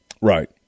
Right